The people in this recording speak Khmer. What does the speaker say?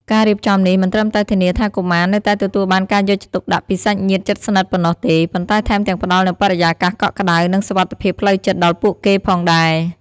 ការរៀបចំនេះមិនត្រឹមតែធានាថាកុមារនៅតែទទួលបានការយកចិត្តទុកដាក់ពីសាច់ញាតិជិតស្និទ្ធប៉ុណ្ណោះទេ ប៉ុន្តែថែមទាំងផ្ដល់នូវបរិយាកាសកក់ក្តៅ និងសុវត្ថិភាពផ្លូវចិត្តដល់ពួកគេផងដែរ។